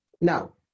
No